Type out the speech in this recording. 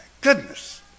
goodness